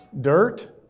Dirt